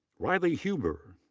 riley huber.